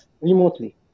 remotely